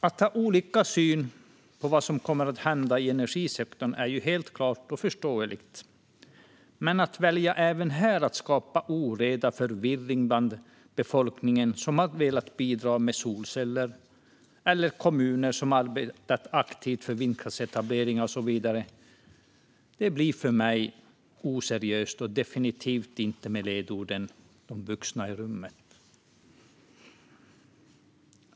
Att vi har olika syn på vad som kommer att hända i energisektorn är ju helt klart och förståeligt. Men att man även här väljer att skapa oreda och förvirring, både hos dem i befolkningen som velat bidra med solceller och i kommuner som arbetat aktivt för vindkraftsetableringar och så vidare, är för mig oseriöst och definitivt inte i enlighet med ledorden om vuxna i rummet.